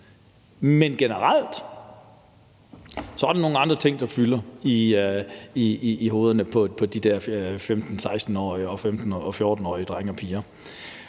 Men generelt er det nogle andre ting, der fylder i hovederne på de der 14-, 15- og 16-årige drenge og piger.